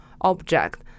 object